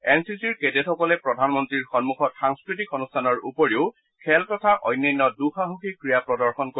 N C চিৰ কেডেটসকলে প্ৰধানমন্ত্ৰীৰ সমুখত সাংস্থতিক অনুষ্ঠানৰ উপৰিও খেল তথা অন্যান্য দুঃসাহসিক ক্ৰীড়া প্ৰদৰ্শিত কৰিব